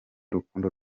rukundo